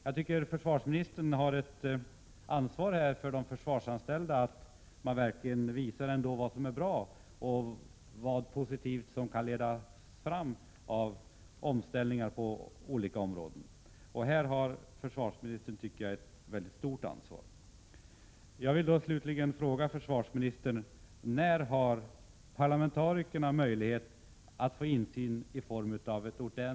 Jag anser att försvarsministern har ett stort ansvar inför de försvarsanställda att visa vad som verkligen är bra och det positiva som kan komma fram av omställningar på olika områden.